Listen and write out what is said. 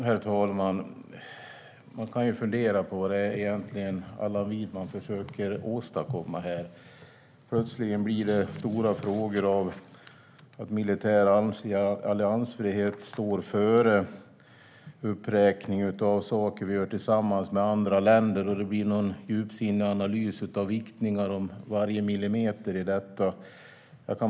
Herr talman! Man kan fundera på vad det egentligen är som Allan Widman försöker åstadkomma här. Plötsligen blir det stora frågor av att militär alliansfrihet står före uppräkningen av saker vi gör tillsammans med andra länder, och det blir djupsinniga analyser och viktningar av varje millimeter i detta.